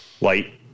light